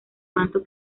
manto